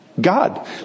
God